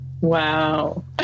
Wow